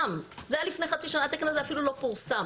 זה היה לפני חצי, והתקן הזה אפילו לא פורסם.